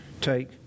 take